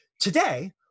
Today